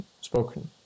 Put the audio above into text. spoken